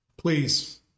Please